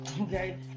Okay